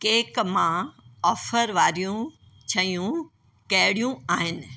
cake मां offer वारियूं शयूं कहिड़ियूं आहिनि